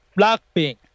Blackpink